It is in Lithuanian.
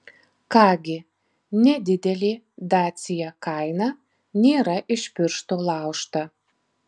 ką gi nedidelė dacia kaina nėra iš piršto laužta